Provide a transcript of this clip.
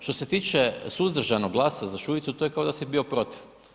Što se tiče suzdržanog glasa za Šuicu to je kao da si bio protiv.